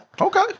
Okay